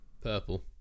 Purple